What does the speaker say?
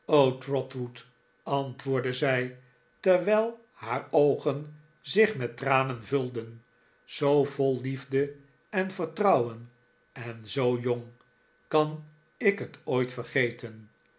trotwood antwoordde zij terwijl haar oogen zich met tranen vulden zoo vol liefde en vertrouwen en zoo jong kan ik het ooit vergeten